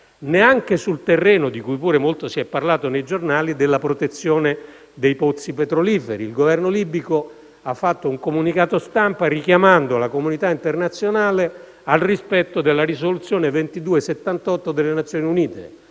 neanche sul terreno, di cui pure molto si è parlato sui giornali, della protezione dei pozzi petroliferi. Il Governo libico ha diramato un comunicato stampa richiamando la comunità internazionale al rispetto della risoluzione n. 2278 delle Nazioni Unite,